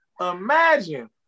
Imagine